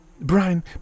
Brian